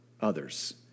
Others